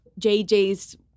JJ's